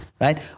right